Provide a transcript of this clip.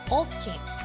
object